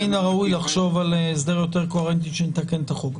מן הראוי לחשוב על הסדר יותר קוהרנטי כשנתקן את החוק.